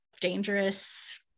dangerous